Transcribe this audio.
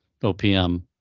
OPM